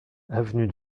avenue